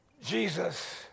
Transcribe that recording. Jesus